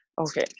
okay